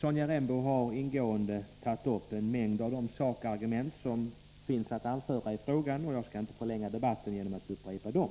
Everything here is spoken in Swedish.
Sonja Rembo har ingående tagit upp en mängd av de sakargument som finns att anföra i frågan, och jag skall inte förlänga debatten genom att upprepa dem.